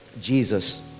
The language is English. Jesus